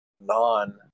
non